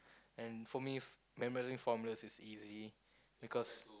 and for me f~ memorising formulas is easy because